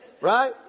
Right